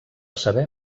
saber